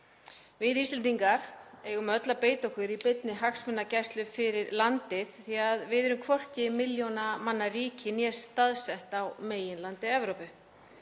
Við Íslendingar eigum öll að beita okkur í beinni hagsmunagæslu fyrir landið því að við erum hvorki milljóna manna ríki né staðsett á meginlandi Evrópu.